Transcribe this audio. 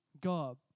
God